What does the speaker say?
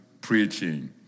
preaching